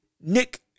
Nick